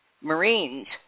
Marines